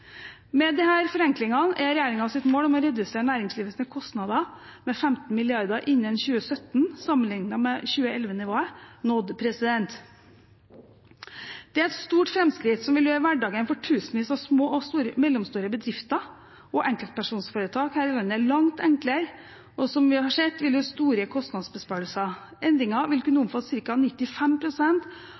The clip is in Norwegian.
Med disse forenklingene er regjeringens mål om å redusere næringslivets kostnader med 15 mrd. kr innen 2017 sammenlignet 2011-nivået nådd. Det er et stort framskritt som vil gjøre hverdagen for tusenvis av små og mellomstore bedrifter og enkeltpersonforetak her i landet langt enklere, og, som vi har sett, vil det gi store kostnadsbesparelser. Endringene vil kunne